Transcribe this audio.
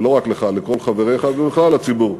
ולא רק לך, לכל חבריך, ובכלל לציבור: